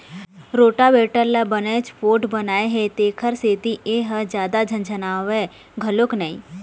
rotavator ल बनेच पोठ बनाए हे तेखर सेती ए ह जादा झनझनावय घलोक नई